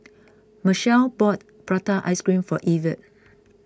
Michell bought Prata Ice Cream for Evertt